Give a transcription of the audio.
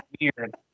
weird